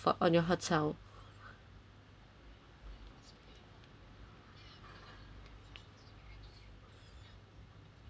mm